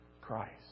Christ